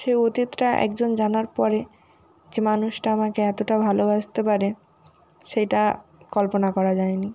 সেই অতীতটা একজন জানার পরে যে মানুষটা আমাকে এতোটা ভালোবাসতে পারে সেইটা কল্পনা করা যায়নি